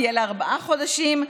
תהיה לארבעה חודשים,